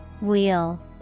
Wheel